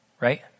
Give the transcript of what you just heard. Right